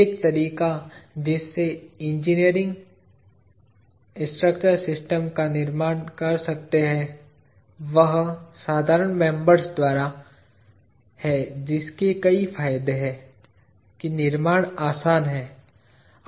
एक तरीका जिससे इंजीनियर स्ट्रक्चरल सिस्टम का निर्माण कर सकते हैं वह साधारण मेंबर्स द्वारा है जिसके कई फायदे हैं निर्माण आसान है